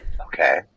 Okay